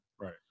Right